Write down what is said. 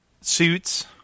suits